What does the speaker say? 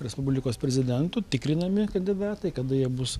respublikos prezidentu tikrinami kandidatai kada jie bus